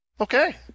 Okay